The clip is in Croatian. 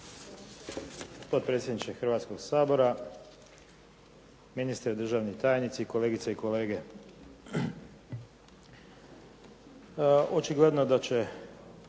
Potpredsjedniče Hrvatskog sabora, ministre, državni tajnici, kolegice i kolege. Očigledno da će